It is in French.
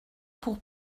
pour